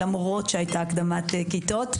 למרות שהייתה הקדמת כיתות,